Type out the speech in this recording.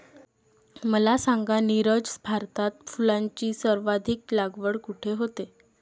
मला सांगा नीरज, भारतात फुलांची सर्वाधिक लागवड कुठे होते?